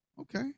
okay